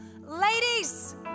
Ladies